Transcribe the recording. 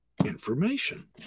information